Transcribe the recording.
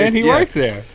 he works there.